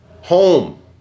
home